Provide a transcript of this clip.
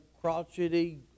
crotchety